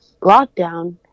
lockdown